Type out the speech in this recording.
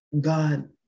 God